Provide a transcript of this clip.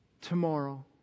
tomorrow